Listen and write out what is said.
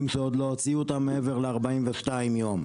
שעוד לא הוציאו אותם מעבר ל-42 ימים.